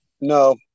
No